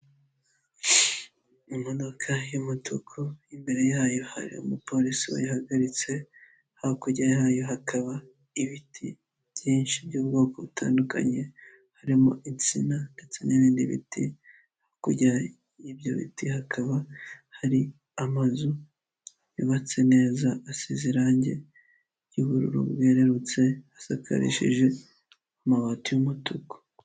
Imodoka y'umutuku, imbere yayo hari umupolisi wayihagaritse, hakurya yayo hakaba ibiti byinshi by'ubwoko butandukanye, harimo insina ndetse n'ibindi biti. Hakurya y'ibyo biti hakaba hari amazu yubatse neza asize irange ry'ubururu bwerurutse, asakarishije amabati y'umutuku.